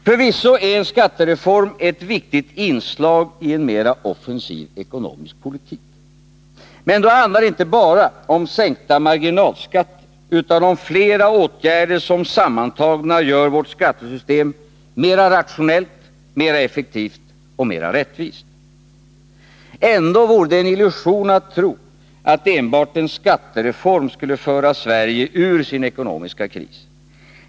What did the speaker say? Förvisso är en skattereform ett viktigt inslag i en mera offensiv ekonomisk politik. Men då handlar det inte bara om sänkta marginalskatter utan om flera åtgärder, som sammantagna gör vårt skattesystem mera rationellt, mera effektivt — och mera rättvist. Ändå vore det en illusion att tro att enbart en skattereform skulle föra Sverige ur den ekonomiska krisen.